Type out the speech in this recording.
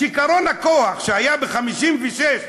שיכרון הכוח שהיה ב-1956,